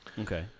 Okay